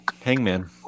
Hangman